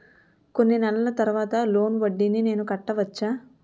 కొన్ని నెలల తర్వాత లోన్ వడ్డీని నేను కట్టవచ్చా?